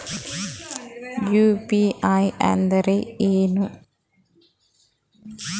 UPI ಅಂದ್ರೆ ಏನು?